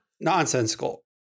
Nonsensical